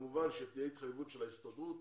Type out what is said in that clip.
כמובן שתהיה התחייבות של ההסתדרות